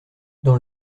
dans